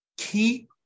Keep